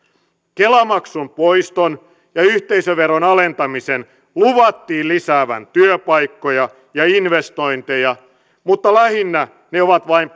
kela maksun poiston ja yhteisöveron alentamisen luvattiin lisäävän työpaikkoja ja investointeja mutta lähinnä ne ovat vain